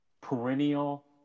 perennial